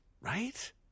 right